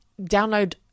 download